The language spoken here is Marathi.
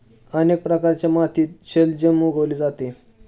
अनेक प्रकारच्या मातीत शलजम उगवले जाते